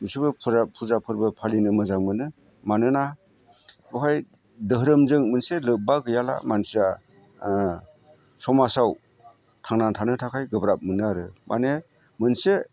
बिसोरबो फुजा फोरबो फालिनो मोजां मोनो मानोना बेवहाय धोरोमजों मोनसे लोब्बा गैयाब्ला मानसिया समाजाव थांना थानो थाखाय गोब्राब मोनो आरो माने मोनसे